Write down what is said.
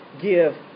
give